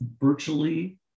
virtually